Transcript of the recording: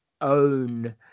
own